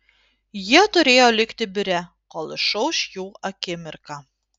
jie turėjo likti biure kol išauš jų akimirka